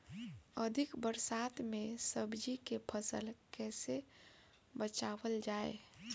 अधिक बरसात में सब्जी के फसल कैसे बचावल जाय?